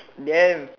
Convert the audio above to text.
damn